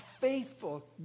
faithful